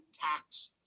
tax